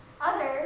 Others